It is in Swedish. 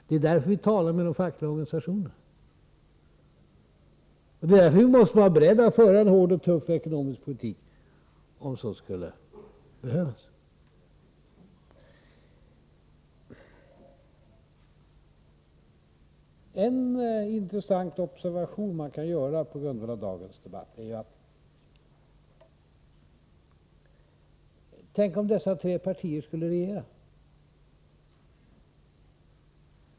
Det är därför som vi talar med de fackliga organisationerna och är beredda att föra en hård och tuff ekonomisk politik, om så skulle behövas. Man kan göra en intressant observation på grundval av dagens debatt. Tänk om dessa tre borgerliga partier skulle regera.